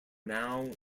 now